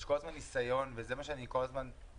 יש כל הזמן ניסיון וזה מה שאני כל הזמן מנסה